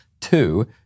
Two